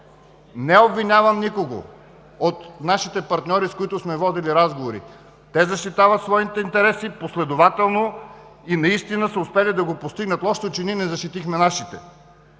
Не обвинявам никого от нашите партньори, с които сме водили разговори. Те защитават своите интереси последователно и наистина са успели да го постигнат. Лошото е, че ние не защитихме нашите.